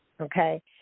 Okay